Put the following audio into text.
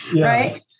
right